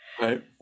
right